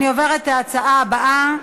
אני עוברת להצעה הבאה,